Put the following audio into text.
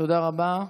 תודה רבה.